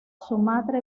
sumatra